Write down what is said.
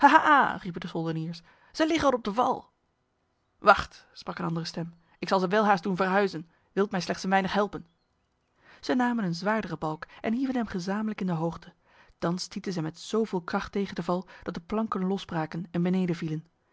de soldeniers zij liggen op de val wacht sprak een andere stem ik zal ze welhaast doen verhuizen wilt mij slechts een weinig helpen zij namen een zwaardere balk en hieven hem gezamenlijk in de hoogte dan stieten zij met zoveel kracht tegen de val dat de planken losbraken en beneden vielen